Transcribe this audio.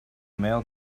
mail